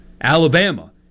Alabama